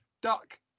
duck